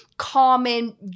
common